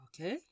Okay